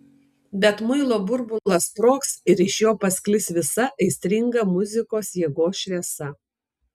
bet muilo burbulas sprogs ir iš jo pasklis visa aistringa muzikos jėgos šviesa